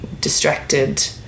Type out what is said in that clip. distracted